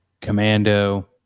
Commando